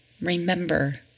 remember